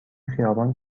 خیابان